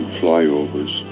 flyovers